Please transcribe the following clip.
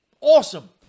awesome